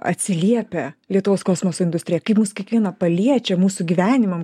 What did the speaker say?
atsiliepia lietuvos kosmoso industrija kaip mus kiekvieną paliečia mūsų gyvenimam